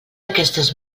aquestes